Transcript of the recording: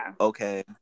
okay